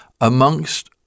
amongst